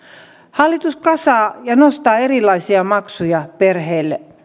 hallitus kasaa ja nostaa erilaisia maksuja perheille